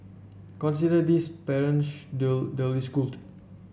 consider this parent duly schooled